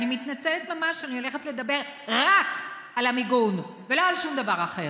אני מתנצלת ממש שאני הולכת לדבר רק על המיגון ולא על שום דבר אחר.